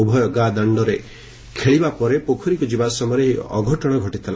ଉଭୟ ଗାଁ ଦାଣ୍ଡରେ ଖେଳିବା ପରେ ପୋଖରୀକୁ ଯିବା ସମୟରେ ଏହି ଅଘଟଣ ଘଟିଥିଲା